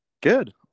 Good